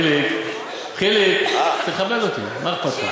חיליק, חיליק, תכבד אותי, מה אכפת לך?